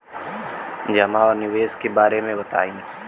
जमा और निवेश के बारे मे बतायी?